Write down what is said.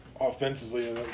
offensively